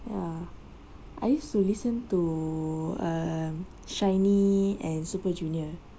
ya I used to listen to um shinee and super junior